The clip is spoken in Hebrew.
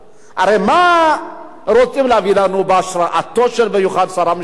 הרי מה רוצים להביא לנו בהשראתו של שר המשפטים?